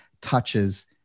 touches